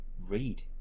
read